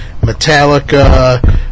Metallica